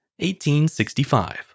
1865